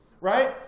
right